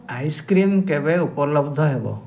ice cream କେବେ ଉପଲବ୍ଧ ହେବ